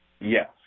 Yes